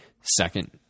Second